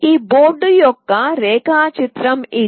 ఈ బోర్డు యొక్క రేఖాచిత్రం ఇది